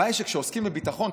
הבעיה היא שכשעוסקים בביטחון,